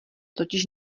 totiž